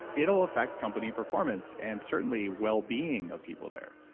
it'll affect company performance and certainly wellbeing of people there.